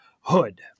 Hood